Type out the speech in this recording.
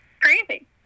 Crazy